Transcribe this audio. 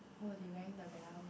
hor they rang the bell